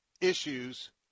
issues